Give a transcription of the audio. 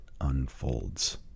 unfolds